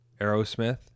Aerosmith